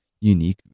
unique